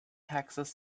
texas